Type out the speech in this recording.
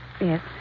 Yes